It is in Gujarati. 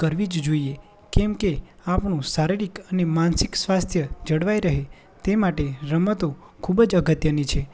કરવી જ જોઇએ કેમકે આપણું શારીરિક અને માનસિક સ્વાસ્થ્ય જળવાઈ રહે તે માટે રમતો ખૂબ જ અગત્યની છે